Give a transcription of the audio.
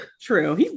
true